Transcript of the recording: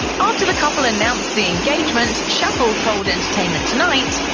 after the couple announced the engagement, schaffel told entertainment tonight,